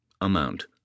Amount